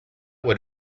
what